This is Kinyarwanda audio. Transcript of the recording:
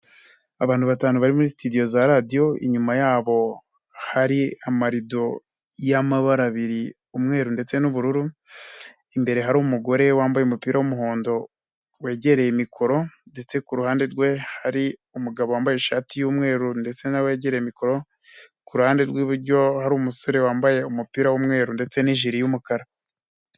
Abantu batanu bari muri Studio za Radio. Inyuma yabo hari amarido y'amabara abiri, umweru ndetse n'ubururu. Imbere hari umugore wambaye umupira w'umuhondo, wegereye mikoro ndetse kuruhande rwe, hari umugabo wambaye ishati y'umweru ndetse nawe wegere mikoro. Kuruhande rw'iburyo hari umusore wambaye umupira w'umweru ndetse n'ijiri y'umukara.